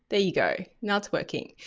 there you go. now it's working.